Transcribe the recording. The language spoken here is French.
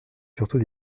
surtout